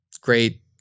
Great